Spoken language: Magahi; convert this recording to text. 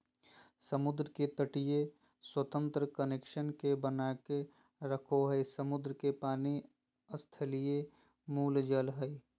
समुद्र के तटीय स्वतंत्र कनेक्शन के बनाके रखो हइ, समुद्र के पानी स्थलीय मूल जल हइ